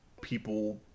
people